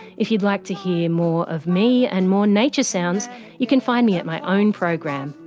if you'd like to hear more of me and more nature sounds you can find me at my own program,